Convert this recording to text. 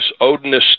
Odinist